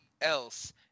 else